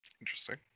Interesting